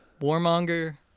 Warmonger